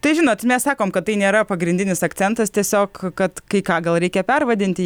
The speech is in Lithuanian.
tai žinot mes sakom kad tai nėra pagrindinis akcentas tiesiog kad kai ką gal reikia pervadinti